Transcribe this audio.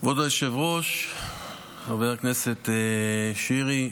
כבוד היושב-ראש, חבר הכנסת שירי,